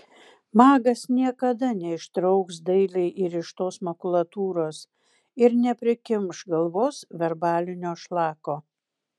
magas niekada neištrauks dailiai įrištos makulatūros ir neprikimš galvos verbalinio šlako